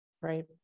Right